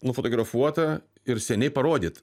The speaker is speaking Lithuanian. nufotografuota ir seniai parodyta